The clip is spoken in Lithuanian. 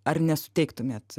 ar nesuteiktumėt